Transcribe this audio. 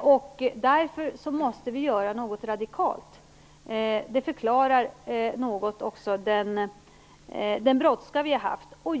och därför måste vi göra något radikalt. Det förklarar något också den brådska vi har haft.